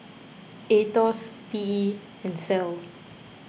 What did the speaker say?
Aetos P E and Sal